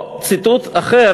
או ציטוט אחר,